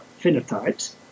phenotypes